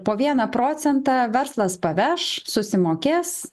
po vieną procentą verslas paveš susimokės